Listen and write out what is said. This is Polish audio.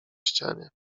ścianie